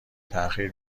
تاخیر